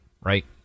right